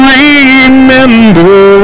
remember